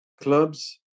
clubs